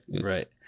right